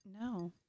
No